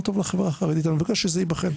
טוב לחברה החרדית ואני מבקש שזה יבחן,